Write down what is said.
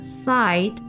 side